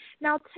Now